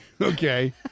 Okay